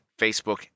Facebook